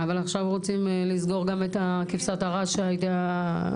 אבל עכשיו רוצים לסגור גם את "כבשת הרש" שהייתה.